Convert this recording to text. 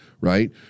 right